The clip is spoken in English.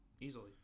Easily